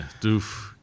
doof